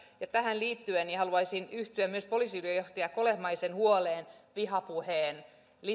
ja tähän liittyen haluaisin yhtyä myös poliisiylijohtaja kolehmaisen huoleen vihapuheen